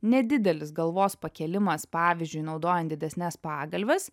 nedidelis galvos pakėlimas pavyzdžiui naudojant didesnes pagalves